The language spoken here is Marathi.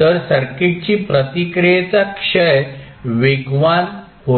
तर सर्किटची प्रतिक्रियेचा क्षय वेगवान होईल